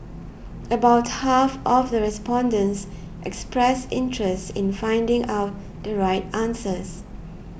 about half of the respondents expressed interest in finding out the right answers